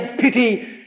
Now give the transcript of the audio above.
pity